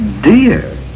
dear